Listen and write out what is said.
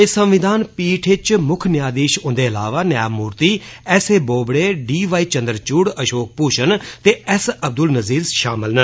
इस संविधान पीठ च मुक्ख नयायधीष हुंदे इलावा न्यायमूर्ति S A Bobde D Y Chandrachud Ashok Bhushan ते एस अब्दुल नज़ीर षामल न